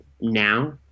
now